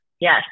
Yes